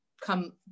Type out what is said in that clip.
come